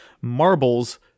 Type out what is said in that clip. marbles